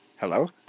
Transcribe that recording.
Hello